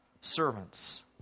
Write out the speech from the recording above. servants